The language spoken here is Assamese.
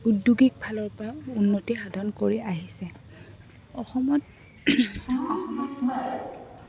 উদ্যোগিকফালৰপৰাও উন্নতি সাধন কৰি আহিছে অসমত অসমত